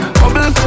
bubble